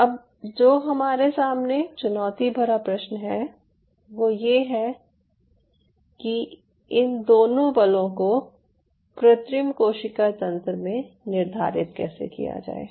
अब जो हमारे सामने चुनौती भरा प्रश्न है वो ये है कि इन दोनों बलों को कृत्रिम कोशिका तंत्र में निर्धारित कैसे किया जाए